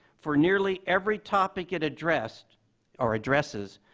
for nearly every topic it addressed or addresses,